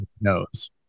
knows